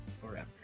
forever